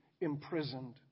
imprisoned